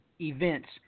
events